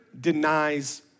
denies